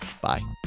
bye